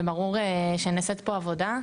וברור שנעשית פה עבודה,